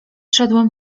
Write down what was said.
szedłem